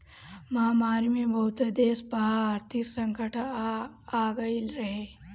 महामारी में बहुते देस पअ आर्थिक संकट आगई रहे